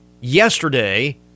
yesterday